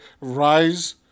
rise